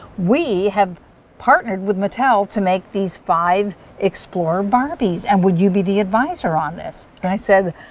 we have partnered with mattel to make these five explorer barbies, and would you be the adviser on this? and i said,